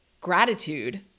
gratitude